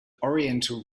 oriental